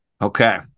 Okay